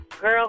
girl